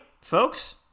folks